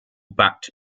backed